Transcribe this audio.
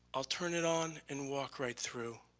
i'll turn it on and walk right through.